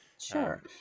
Sure